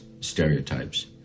stereotypes